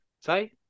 say